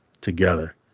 together